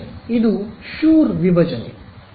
ಇದು ಶುರ್ ವಿಭಜನೆ